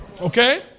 Okay